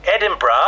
Edinburgh